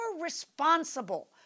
responsible